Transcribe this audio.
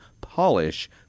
polish